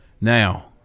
Now